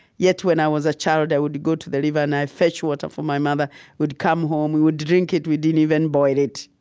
yet when i was a child, i would go to the river, and i fetch water for my mother. i would come home. we would drink it. we didn't even boil it.